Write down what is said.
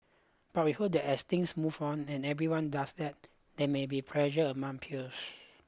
but we hope that as things move on and everyone does that there may be pressure among peers